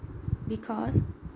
because